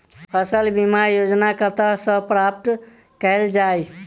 फसल बीमा योजना कतह सऽ प्राप्त कैल जाए?